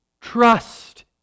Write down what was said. trust